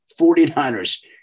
49ers